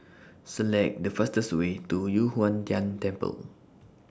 Select The fastest Way to Yu Huang Tian Temple